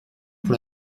pour